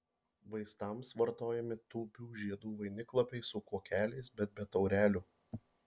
vaistams vartojami tūbių žiedų vainiklapiai su kuokeliais bet be taurelių